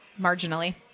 marginally